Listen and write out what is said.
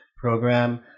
program